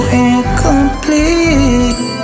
incomplete